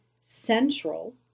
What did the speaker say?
central